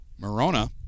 Morona